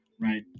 right